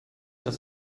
das